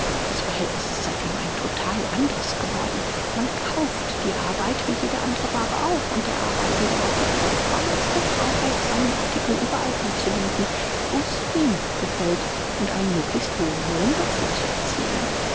das verhältniß ist seitdem ein total anderes geworden man kauft die arbeit wie jede andre waare auch und der arbeitende hat die vollkommenste freiheit seinen artikel überall anzubieten wo es ihm gefällt und einen möglichst hohen lohn dafür zu erzielen